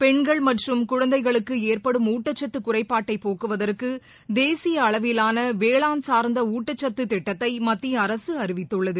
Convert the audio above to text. பெண்கள் மற்றும் குழந்தைகளுக்கு ஏற்படும் ஊட்டக்சத்து குறைபாட்டை போக்குவதற்கு தேசிய அளவிவான வேளாண் சார்ந்த ஊட்டச்சத்து திட்டத்தை மத்திய அரசு அறிவித்துள்ளது